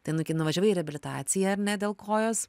tai nu kai nuvažiavau į reabilitaciją ar ne dėl kojos